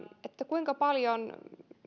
kuinka paljon